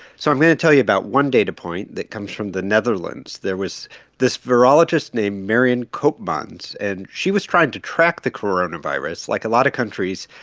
so i'm going to tell you about one data point that comes from the netherlands. there was this virologist named marion koopmans. and she was trying to track the coronavirus. like a lot of countries,